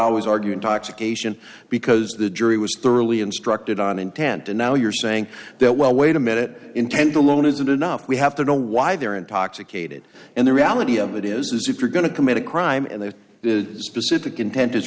always argue intoxication because the jury was thoroughly instructed on intent and now you're saying that well wait a minute intend to alone isn't enough we have to know why they're intoxicated and the reality of it is is if you're going to commit a crime and there is pacific inten